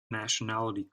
nationally